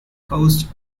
coast